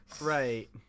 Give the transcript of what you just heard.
Right